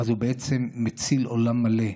בעצם מציל עולם מלא.